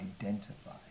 identify